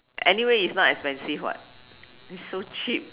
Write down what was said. anyway it's not expensive [what] it's so cheap